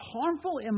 harmful